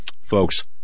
folks